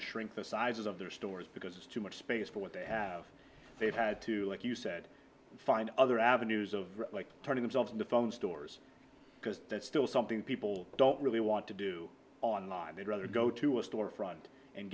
to shrink the size of their stores because it's too much space for what they have they've had to like you said find other avenues of turning themselves into phones stores because that's still something people don't really want to do online they'd rather go to a store front and